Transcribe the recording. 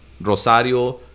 Rosario